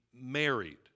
married